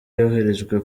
yoherejwe